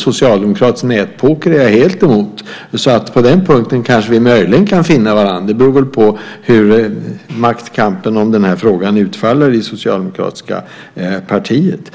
Socialdemokratisk nätpoker är jag helt emot, så på den punkten kan vi möjligen finna varandra. Det beror väl på hur maktkampen i den här frågan utfaller i det socialdemokratiska partiet.